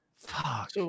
Fuck